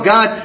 God